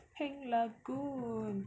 pink lagoon ah